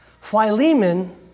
Philemon